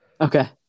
okay